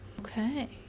Okay